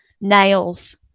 Nails